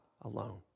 alone